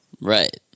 Right